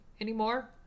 anymore